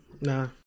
Nah